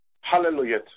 Hallelujah